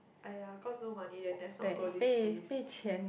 !aiya! cause no money then just not go this place